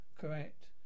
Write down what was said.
Correct